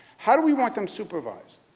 how do we want them supervised?